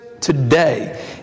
today